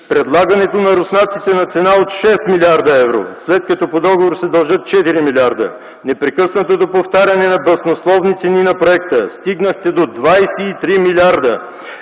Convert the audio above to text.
Предлагането на руснаците – на цена от 6 млрд. евро, след като по договор се дължат 4 млрд., непрекъснатото повтаряне на баснословни цени на проекта – стигнахте до 23 милиарда,